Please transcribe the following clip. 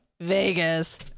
Vegas